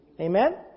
Amen